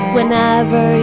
Whenever